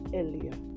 earlier